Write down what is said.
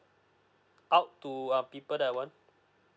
out to err people that I want